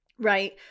right